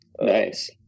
Nice